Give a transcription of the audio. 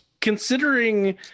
Considering